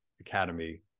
Academy